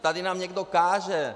Tady nám někdo káže.